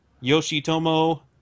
Yoshitomo